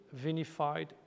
vinified